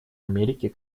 америки